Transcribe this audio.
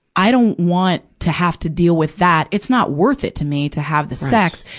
i don't want to have to deal with that. it's not worth it to me to have the sex,